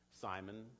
Simon